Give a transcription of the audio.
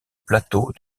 plateau